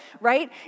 right